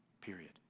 period